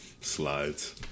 Slides